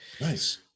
nice